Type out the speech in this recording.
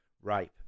rape